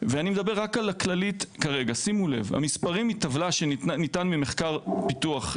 ואני מדבר רק על הכללית כרגע שימו לב למספרים מטבלה במחקר של הממ"מ: